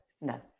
No